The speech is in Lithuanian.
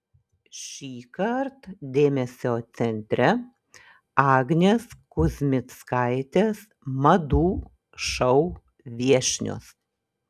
šįkart dėmesio centre agnės kuzmickaitės madų šou viešnios